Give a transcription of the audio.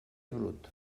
brut